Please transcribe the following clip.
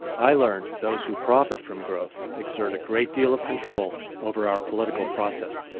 i learned those who profit from growth exert a great deal of control over our political process,